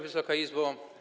Wysoka Izbo!